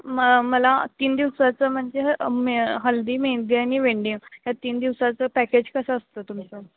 मला मला तीन दिवसाचं म्हणजे मे हल्दी मेहंदी आणि वेंडिंग ह्या तीन दिवसांचं पॅकेज कसं असतं तुमचं